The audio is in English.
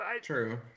True